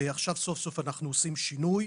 ועכשיו סוף סוף אנחנו עושים שינוי.